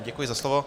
Děkuji za slovo.